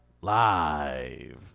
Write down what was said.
Live